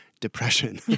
depression